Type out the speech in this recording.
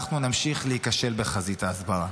אנחנו נמשיך להיכשל בחזית ההסברה.